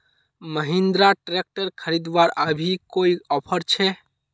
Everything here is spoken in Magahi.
महिंद्रा ट्रैक्टर खरीदवार अभी कोई ऑफर छे?